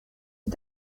die